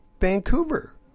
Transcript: Vancouver